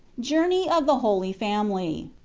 journey of the holy family.